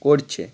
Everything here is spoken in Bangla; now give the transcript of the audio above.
করছে